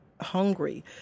hungry